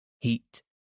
heat